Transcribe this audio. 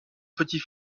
petit